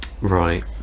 right